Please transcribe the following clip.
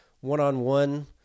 one-on-one